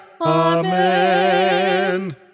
Amen